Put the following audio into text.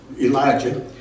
Elijah